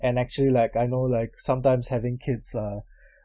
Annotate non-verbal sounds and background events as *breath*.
and actually like I know like sometimes having kids uh *breath*